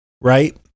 right